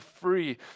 free